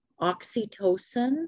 Oxytocin